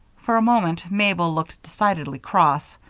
for a moment mabel looked decidedly cross,